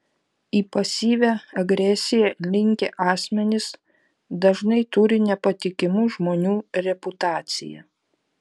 į pasyvią agresiją linkę asmenys dažnai turi nepatikimų žmonių reputaciją